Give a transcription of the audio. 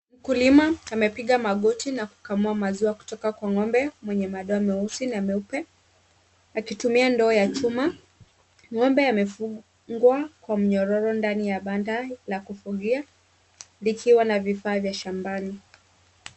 Mkulima amepiga magoti na kukamua maziwa kutoka kwa ng'ombe mwenye madoa meusi na meupe , akitumia ndoo ya chuma, ng'ombe amefungwa kwa mnyororo ndani ya banda la kufugia likiwa na vipaa vya shambani .